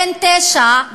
בן תשע,